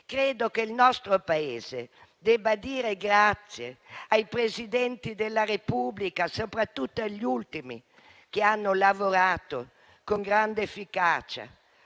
Credo che il nostro Paese debba dire grazie ai Presidenti della Repubblica, soprattutto agli ultimi, che hanno lavorato con grande efficacia.